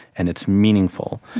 and it's meaningful.